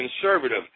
conservative